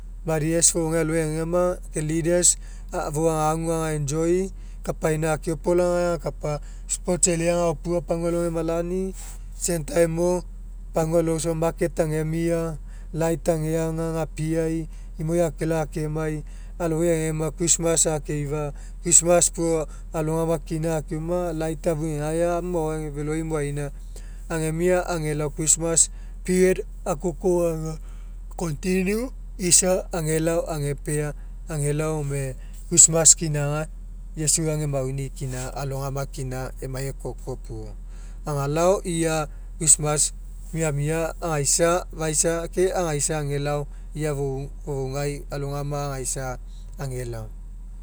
Mothers fofougai aloi agegama ke leaders fou agagu aga enjoy kapaina akeopolaga aga agakapa sports e'elei agaopua pagua alo agemalani same time mo pagua alo safa market agemia light ageaga gapiai iomoi akelao akemai aloi agegama christmas akeifa christmas puo alogama kina akeoma aga light ageaga amu maoai feloi moaina agemia agelao christmas period akoko aga continue isa agelao agepea agelao gome christmas kina iesu age mauni kina alogama kina emai ekoko puo. Agalao ia christmas miamia agaisa agaisa ke agaisa agelao ia fofougai alogama agaisa agelao.